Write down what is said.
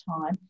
time